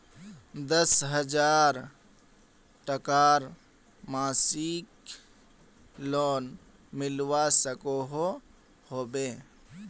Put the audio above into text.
दस हजार टकार मासिक लोन मिलवा सकोहो होबे?